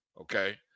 Okay